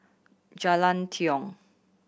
Jalan Tiong